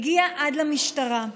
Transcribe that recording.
הגיע עד למשטרה.